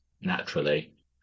naturally